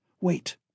Wait